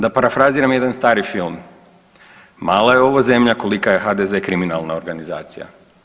Da parafraziram jedan stari film „mala je ovo zemlja koliko je HDZ kriminalna organizacija“